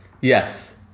Yes